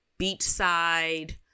beachside